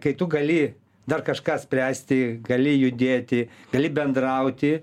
kai tu gali dar kažką spręsti gali judėti gali bendrauti